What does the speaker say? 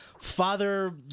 father